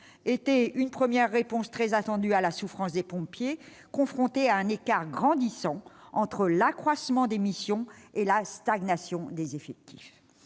une première réponse, très attendue, à la souffrance des pompiers, confrontés à un écart grandissant entre l'accroissement des missions et la stagnation des effectifs.